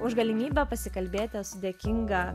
už galimybę pasikalbėt esu dėkinga